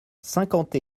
cinquante